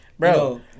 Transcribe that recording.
Bro